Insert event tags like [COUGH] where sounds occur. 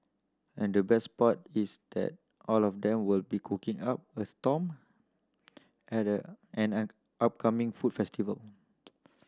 and the best part is that all of them will be cooking up a storm at a an [UNINTELLIGIBLE] upcoming food festival